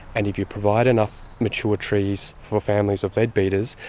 and if you provide enough mature trees for families of leadbeater's,